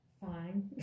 Fine